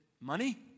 money